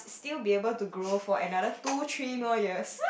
still be able to grow for another two three more years